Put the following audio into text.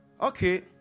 okay